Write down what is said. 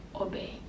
obey